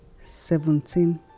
seventeen